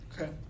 Okay